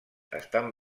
estan